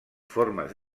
formes